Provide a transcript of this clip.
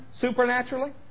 supernaturally